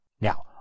Now